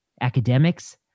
academics